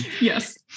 yes